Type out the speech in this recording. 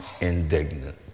indignant